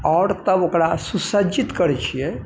आओर तब ओकरा सुसज्जित करै छियै